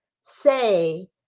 say